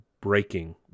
breaking